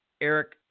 Eric